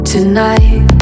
Tonight